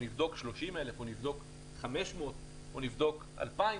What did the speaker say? אם נבדוק 30,000 או נבדוק 500 או נבדוק 2,000,